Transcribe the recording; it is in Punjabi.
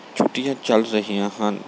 ਛੁੱਟੀਆਂ ਚੱਲ ਰਹੀਆਂ ਹਨ